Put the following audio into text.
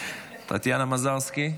טטיאנה מזרסקי,